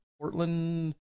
Portland